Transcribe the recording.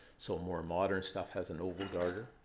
so more modern stuff has an oval garter,